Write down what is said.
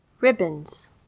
Ribbons